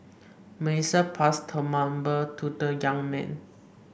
Melissa passed her number to the young man